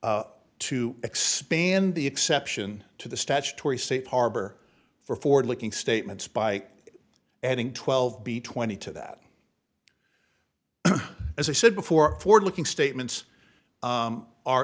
to expand the exception to the statutory safe harbor for forward looking statements by adding twelve b twenty to that as i said before for looking statements